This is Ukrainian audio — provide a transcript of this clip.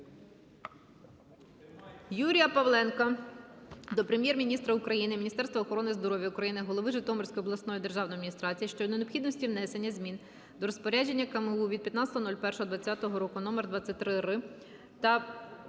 Юрія Павленка до Прем'єр-міністра України, Міністерства охорони здоров'я України, голови Житомирської обласної державної адміністрації щодо необхідності внесення змін до Розпорядження КМУ від 15.01.2020 р. № 23-р та